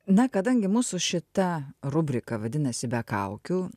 na kadangi mūsų šita rubrika vadinasi be kaukių